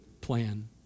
plan